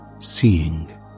Seeing